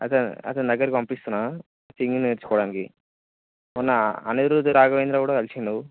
అదే అతని దగ్గరకు పంపిస్తున్నా సింగింగ్ నేర్చుకోవడానికి మొన్న అనిరుద్ రాఘవేంద్ర కూడా కలిసినాడు